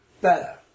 better